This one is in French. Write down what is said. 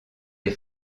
des